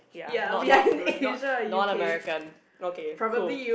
ya not not not non American okay cool